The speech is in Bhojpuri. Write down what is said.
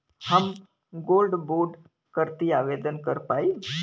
हम गोल्ड बोड करती आवेदन कर पाईब?